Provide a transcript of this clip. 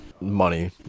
money